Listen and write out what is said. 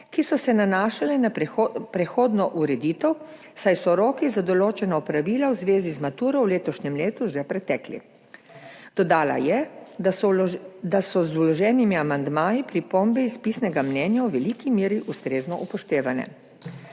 ki so se nanašale na prehodno ureditev, saj so roki za določena opravila v zvezi z maturo v letošnjem letu že pretekli. Dodala je, da so z vloženimi amandmaji pripombe iz pisnega mnenja v veliki meri ustrezno upoštevane.